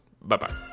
bye-bye